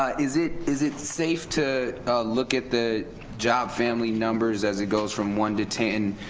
ah is it is it safe to look at the job family numbers as it goes from one to ten,